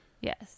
Yes